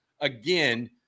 Again